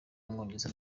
w’umwongereza